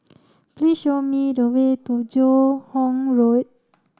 please show me the way to Joo Hong Road